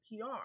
PR